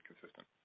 consistent